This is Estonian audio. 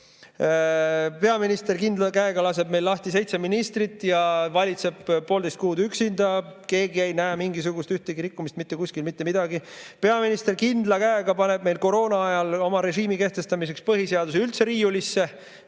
Peaminister kindla käega laseb lahti seitse ministrit ja valitseb poolteist kuud üksinda. Keegi ei näe mitte ühtegi rikkumist, mitte kuskil mitte midagi. Peaminister kindla käega paneb koroonaajal oma režiimi kehtestamiseks põhiseaduse üldse riiulisse.